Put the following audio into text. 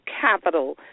capital